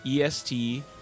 est